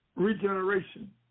Regeneration